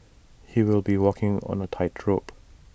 he'll be walking on A tightrope